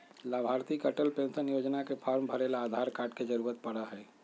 लाभार्थी के अटल पेन्शन योजना के फार्म भरे ला आधार कार्ड के जरूरत पड़ा हई